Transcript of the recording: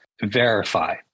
verify